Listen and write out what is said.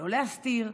לא להסתיר,